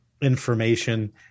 information